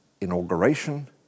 inauguration